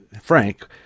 Frank